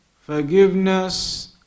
forgiveness